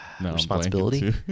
responsibility